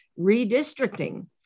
redistricting